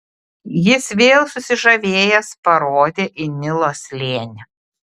jis vėl susižavėjęs parodė į nilo slėnį